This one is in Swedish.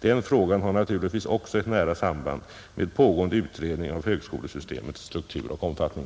Den frågan har naturligtvis också ett nära samband med pågående utredning av högskolesystemets struktur och omfattning.